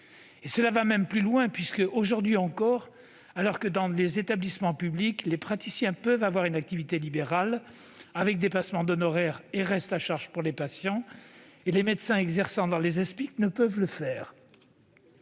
Cela va même plus loin puisque, aujourd'hui encore, alors que dans les établissements publics les praticiens peuvent exercer une activité libérale, avec dépassements d'honoraires et reste à charge pour les patients, les médecins exerçant dans les Espic n'en ont pas